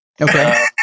Okay